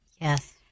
Yes